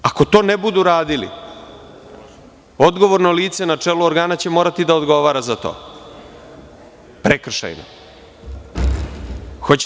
Ako to ne budu radili, odgovorno lice na čelu organa će morati da odgovara za to prekršajno.